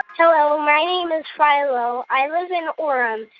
hello, my name is philo. i live in orem.